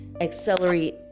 accelerate